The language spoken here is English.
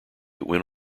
went